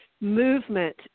movement